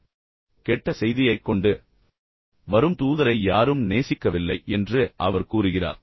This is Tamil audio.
எனவே கெட்ட செய்தியைக் கொண்டுவரும் தூதரை யாரும் நேசிக்கவில்லை என்று அவர் கூறுகிறார்